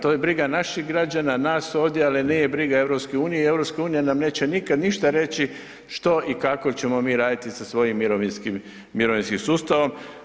To je briga naših građana, nas ovdje, ali nije briga EU i EU nam neće nikad ništa reći što i kako ćemo mi raditi sa svojim mirovinskim sustavom.